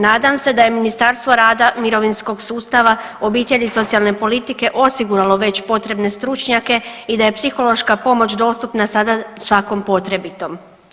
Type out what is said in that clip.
Nadam se da je Ministarstvo rada, mirovinskog sustava, obitelji i socijalne politike osiguralo već potrebne stručnjake i da je psihološka pomoć dostupna sada svakom potrebitom.